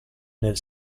nel